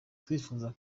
twifuza